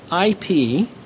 IP